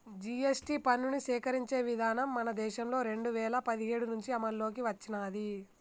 GST పన్నుని సేకరించే విధానం మన దేశంలో రెండు వేల పదిహేడు నుంచి అమల్లోకి వచ్చినాది